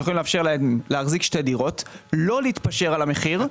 שיכולים לאפשר לעצמם להחזיק שתי דירות ולא להתפשר על המחיר,